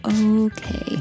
okay